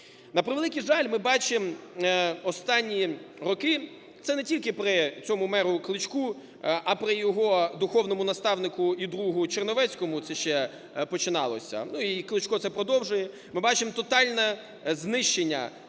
На превеликий жаль, ми бачимо останні роки, це не тільки при цьому меру Кличку, а при його духовному наставнику і другу Черновецькому це ще починалося, ну, і Кличко це продовжує, ми бачимо тотальне знищення